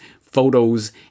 photos